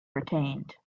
retained